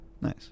Nice